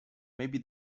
maybe